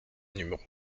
numéros